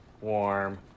warm